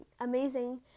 amazing